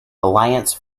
alliance